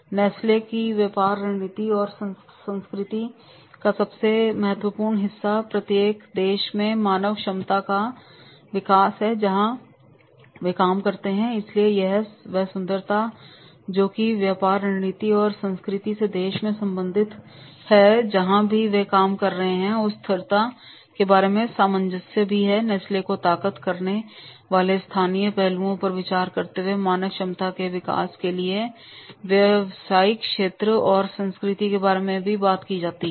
Nestle की व्यापार रणनीति और संस्कृति का सबसे महत्वपूर्ण हिस्सा प्रत्येक देश में मानव क्षमता का विकास है जहां वे काम करते हैं इसलिए यह वह सुंदरता है जो की व्यापार रणनीति और संस्कृति से देश से संबंधित हैं जहां भी वे काम कर रहे हैं और उस स्थिरता के बारे में सामंजस्य भी है नेस्ले को ताकत देने वाले स्थानीय पहलुओं पर विचार करते हुए मानव क्षमता के विकास के लिए व्यावसायिक क्षेत्र और संस्कृति के बारे में बात की जाती है